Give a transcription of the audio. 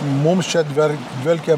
mums čia dvel dvelkia